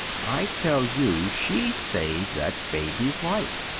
i tell you she saved that baby's life,